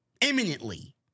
Imminently